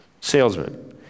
Salesman